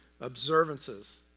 Observances